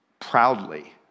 proudly